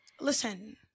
Listen